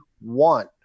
one